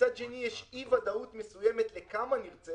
ומצד שני יש אי-ודאות מסוימת כמה נרצה